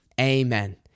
Amen